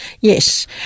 yes